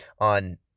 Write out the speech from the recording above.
on